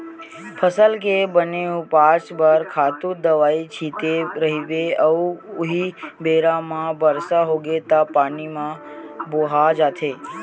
फसल के बने उपज बर खातू दवई छिते रहिबे अउ उहीं बेरा म बरसा होगे त पानी म बोहा जाथे